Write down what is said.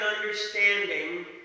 understanding